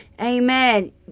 Amen